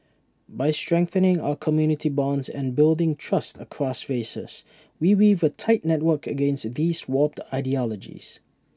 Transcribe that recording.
by strengthening our community bonds and building trust across races we weave A tight network against these warped ideologies